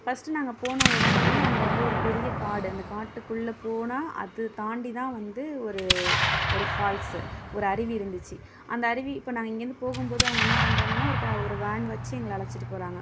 first நாங்கள் போன உடனேயே அங்கே வந்து ஒரு பெரிய காடு அந்த காட்டுக்குள்ளே போனால் அது தாண்டி தான் வந்து ஒரு ஒரு ஃபால்ஸு ஒரு அருவி இருந்துச்சு அந்த அருவி இப்போ நாங்கள் இங்கேருந்து போகும்போது அவங்க என்ன பண்றாங்கனால் ஒரு க ஒரு வேன் வெச்சு எங்களை அழைச்சிட்டு போகிறாங்க